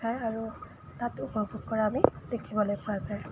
যায় আৰু তাত উপভোগ কৰা আমি দেখিবলৈ পোৱা যায়